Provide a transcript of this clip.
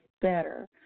better